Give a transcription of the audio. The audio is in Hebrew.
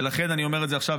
ולכן אני אומר את זה עכשיו,